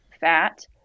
fat